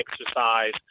exercise